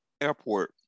airport